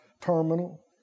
Terminal